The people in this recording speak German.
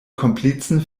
komplizen